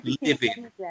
living